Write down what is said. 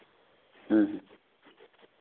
ᱦᱮᱸ ᱦᱮᱸ